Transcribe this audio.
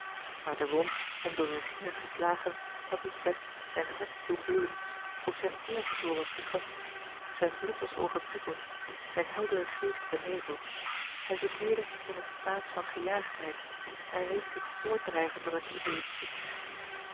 maar de wond hem door regina geslagen had niet slechts zijn hart doen bloeden ook zijn eergevoel was gekwetst zijn bloed was overprikkeld zijn heldere geest beneveld hij verkeerde in een staat van gea l g bosboom-toussaint langs een omweg jaagdheid en hij liet zich voortdrijven door een idée fixe